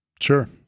Sure